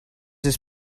his